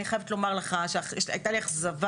אני חייבת לומר לך שהייתה לי אכזבה.